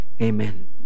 Amen